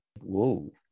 Whoa